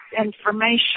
information